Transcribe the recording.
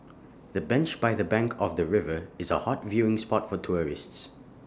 the bench by the bank of the river is A hot viewing spot for tourists